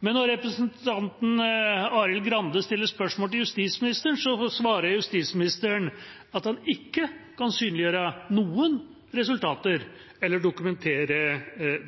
men da representanten Arild Grande stilte spørsmål til justisministeren, svarte justisministeren at han ikke kan synliggjøre noen resultater eller dokumentere